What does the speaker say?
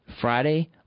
Friday